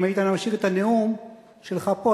אם היית משאיר את הנאום שלך פה,